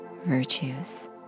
virtues